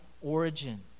origin